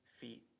feet